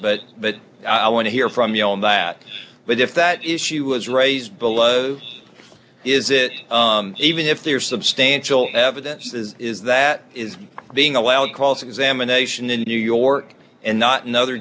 but but i want to hear from you on that but if that issue was raised below is it even if they are substantial evidence is is that is being allowed calls examination in new york and not another